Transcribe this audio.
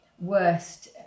worst